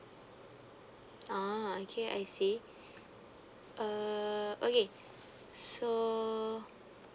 ah okay I see uh okay so